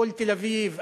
כל תל-אביב,